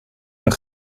een